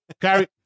carry